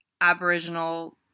aboriginal